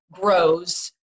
grows